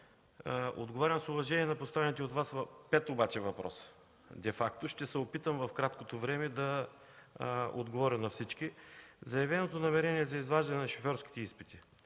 Отговарям с уважение на поставените от Вас обаче пет въпроса. Ще се опитам в краткото време да отговоря на всички. Заявеното намерение за изваждане на шофьорските изпити